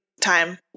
time